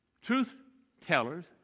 truth-tellers